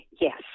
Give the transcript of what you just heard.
Yes